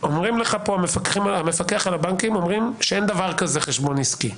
אומרים לך פה מהפיקוח על הבנקים שאין דבר כזה חשבון עסקי.